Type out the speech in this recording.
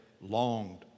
longed